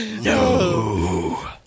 No